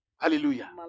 Hallelujah